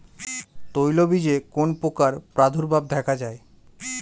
তৈলবীজে কোন পোকার প্রাদুর্ভাব দেখা যায়?